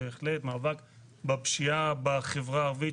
מאבק בפשיעה בחברה הערבית,